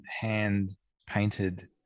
hand-painted